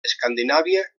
escandinàvia